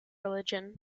religion